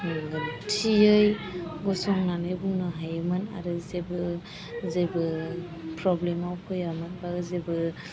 थियै गसंनानै बुंनो हायोमोन आरो जेबो प्रब्लेमाव फैयामोन एबा जेबो